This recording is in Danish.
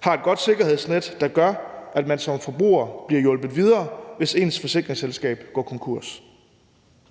har et godt sikkerhedsnet, der gør, at man som forbruger bliver hjulpet videre, hvis ens forsikringsselskab går konkurs.